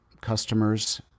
Customers